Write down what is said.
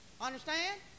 Understand